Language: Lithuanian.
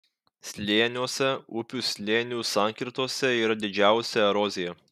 slėniuose upių slėnių sankirtose yra didžiausia erozija